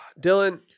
dylan